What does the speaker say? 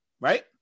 Right